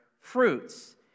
fruits